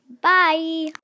Bye